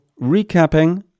recapping